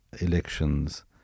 elections